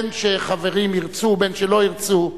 בין שחברים ירצו ובין שלא ירצו,